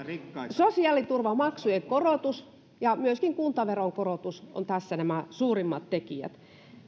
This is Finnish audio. sosiaaliturvamaksujen korotus ja myöskin kuntaveron korotus ovat tässä nämä suurimmat tekijät